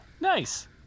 nice